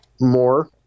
more